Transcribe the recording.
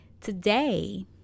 Today